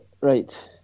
right